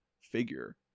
figure